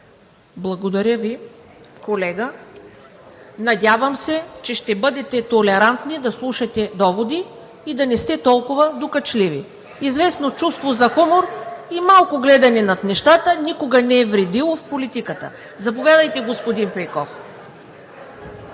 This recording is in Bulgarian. Благодаря Ви, колега. Надявам се, че ще бъдете толерантни да слушате доводи и да не сте толкова докачливи. Известно чувство за хумор и малко гледане на над нещата никога не е вредило в политика. Заповядайте, господин Пейков,